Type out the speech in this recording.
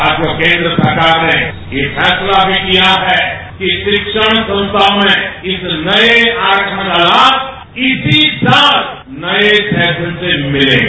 साथियो केंद्र सरकार ने यह फैसला भी किया है कि शिक्षण संस्थानों में इस नए आरक्षण का लाभ इसी साल नए सेशन से मिलेगा